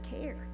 care